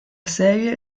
serie